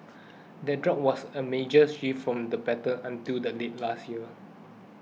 that drop was a major shift from the pattern until late last year